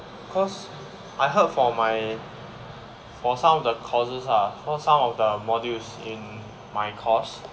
cause I heard from my for some of the causes are how some of the modules in my course